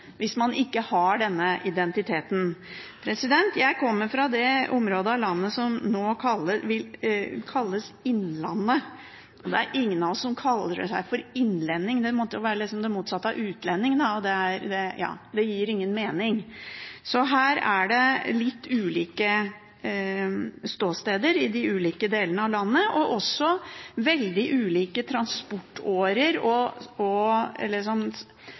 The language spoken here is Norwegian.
hvis man altså ikke har denne identiteten. Jeg kommer fra det området av landet som nå kalles innlandet. Det er ingen av oss som kaller seg innlending – det måtte liksom være det motsatte av utlending, da, og det gir ingen mening. Her er det litt ulike ståsteder i de ulike delene av landet – og også veldig ulike transportårer og sammenhengende arbeids- og boregioner eller veldig mye lokalt samkvem på